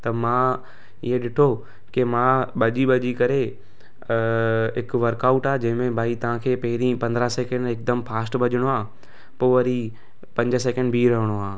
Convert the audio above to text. त मां इहो ॾिठो की मां भॼी भॼी करे हिकु वर्कआउट आहे भई तव्हांखे पहरीं पंद्रहं सेकेंड हिकदमु फास्ट भॼिणो आहे पोइ वरी पंज सेकेंड बिहु रहिणो आहे